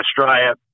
Australia